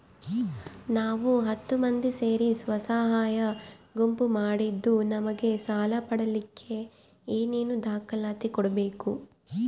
ನಾವು ಹತ್ತು ಮಂದಿ ಸೇರಿ ಸ್ವಸಹಾಯ ಗುಂಪು ಮಾಡಿದ್ದೂ ನಮಗೆ ಸಾಲ ಪಡೇಲಿಕ್ಕ ಏನೇನು ದಾಖಲಾತಿ ಕೊಡ್ಬೇಕು?